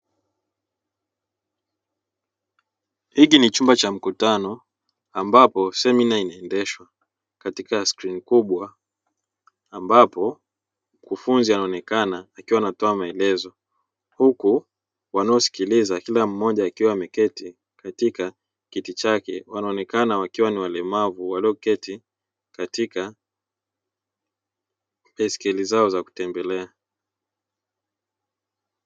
Hiki ni chumba cha mkutano ambapo semina inaendeshwa katika skrini kubwa ambapo mkufunzi anaonekana akiwa anatoa maelezo huku wanaosikiliza kila mmoja akiwa ameketi katika kiti chake wanaonekana wakiwa ni walemavu walioketi katika baiskeli zao za kutembelea.